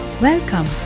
Welcome